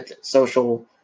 social